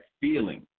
feeling